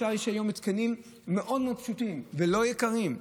יש היום התקנים מאוד פשוטים ולא יקרים.